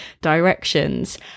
directions